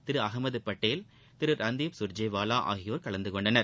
திரு அகமது பட்டேல் திரு ரந்தீப் சுர்ஜிவாலா ஆகியோர் கலந்து கொண்டனர்